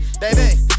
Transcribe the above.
Baby